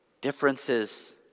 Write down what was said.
differences